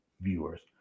viewers